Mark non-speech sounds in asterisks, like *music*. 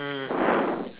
mm *breath*